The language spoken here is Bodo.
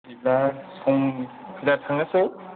बिदिबा सम फैब्ला थांनोसै